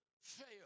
Fail